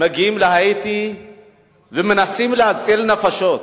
מגיעים להאיטי ומנסים להציל נפשות.